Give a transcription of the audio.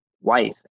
wife